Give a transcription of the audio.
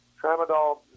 Tramadol